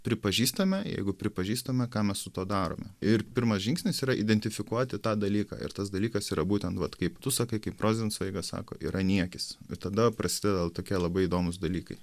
pripažįstame jeigu pripažįstame ką mes su tuo darome ir pirmas žingsnis yra identifikuoti tą dalyką ir tas dalykas yra būtent vat kaip tu sakai kaip rozencveigas sako yra niekis bet tada prasideda tokie labai įdomūs dalykai